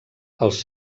els